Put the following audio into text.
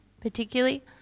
particularly